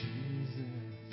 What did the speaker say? Jesus